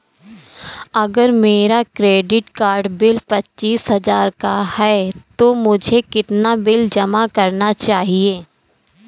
अगर मेरा credit card bill पच्चीस हजार का है तो मुझे कितना बिल जमा करना चाहिए?